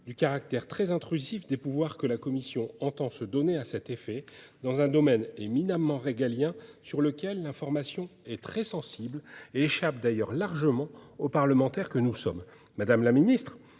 du caractère très intrusif des pouvoirs que la Commission européenne entend se donner à cet effet, dans un domaine éminemment régalien, sur lequel l'information est très sensible et échappe d'ailleurs largement aux parlementaires que nous sommes. Madame la secrétaire